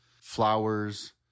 flowers